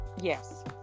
Yes